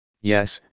yes